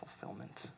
fulfillment